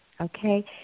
okay